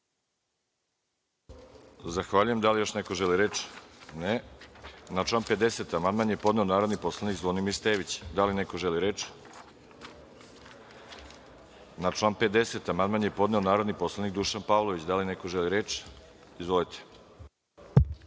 Zahvaljujem. Da li još neko želi reč? (Ne)Na član 50. amandman je podneo narodni poslanik Zvonimir Stević. Da li neko želi reč? Na član 50. amandman je podneo narodni poslanik Dušan Pavlović. Da li neko želi reč? Izvolite.